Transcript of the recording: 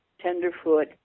tenderfoot